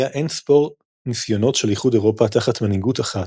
היו אינספור ניסיונות של איחוד אירופה תחת מנהיגות אחת,